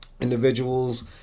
Individuals